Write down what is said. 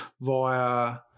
via